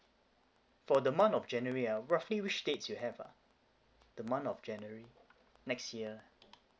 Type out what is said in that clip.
for the month of january ah roughly which dates you have ah the month of january next year